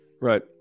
Right